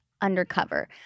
undercover